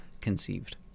conceived